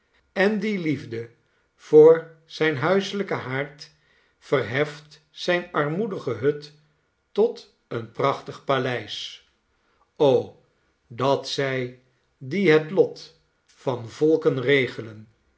en die liefde voor zijn huiselijken haard verheft zijne armoedige hut tot een prachtig paleis dat zij die het lot van volken regelen